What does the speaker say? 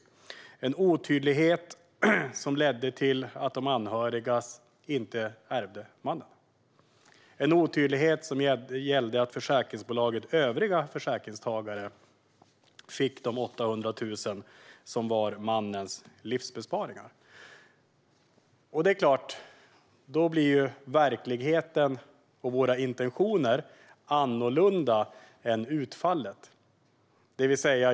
Det var en otydlighet som ledde till att de anhöriga inte ärvde mannen utan att försäkringsbolagets övriga försäkringstagare i stället fick de 800 000 kronor som var mannens livsbesparingar. Det är orimligt. Då blir utfallet och verkligheten något annat än våra intentioner.